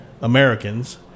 Americans